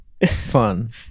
Fun